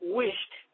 wished